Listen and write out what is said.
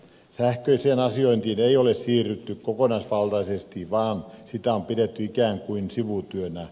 sähköiseen asiointiin ei ole siirrytty kokonaisvaltaisesti vaan sitä on pidetty ikään kuin sivutyönä